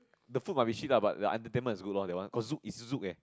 the food might be shit lah but the entertainment is good lor that one oh Zouk it's Zouk eh